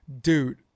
dude